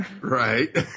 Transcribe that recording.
Right